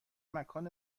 مکان